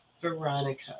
Veronica